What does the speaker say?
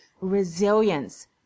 resilience